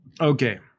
Okay